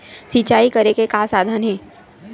सिंचाई करे के का साधन हे?